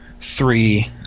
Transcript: three